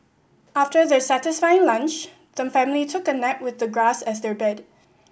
after their satisfying lunch the family took a nap with the grass as their bed